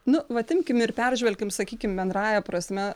nu vat imkim ir peržvelkim sakykim bendrąja prasme